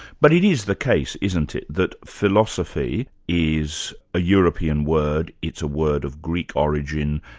but it is the case, isn't it, that philosophy is a european word, it's a word of greek origin,